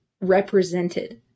represented